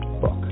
book